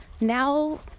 now